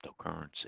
cryptocurrency